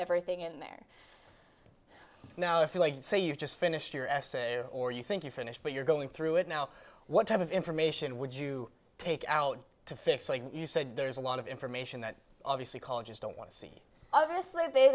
everything in there now if you like to say you've just finished your essay or you think you finish but you're going through it now what type of information would you take out to fix like you said there's a lot of information that obviously call just don't want to see obviously they